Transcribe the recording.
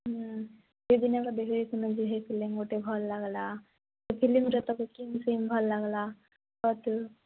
ହୁଁ ସେଇଦିନ ଦେଖି ଯେ ହେଇ ଫିଲ୍ମ୍ ଗୁଟେ ଭଲ ଲାଗଲା ସେ ଫିଲିମ୍ରେ ତତେ କିନ ସିନ ଭଲ ଲାଗଲା କହ ତୁ